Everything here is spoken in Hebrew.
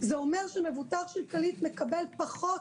זה אומר שמבוטח של כללית מקבל פחות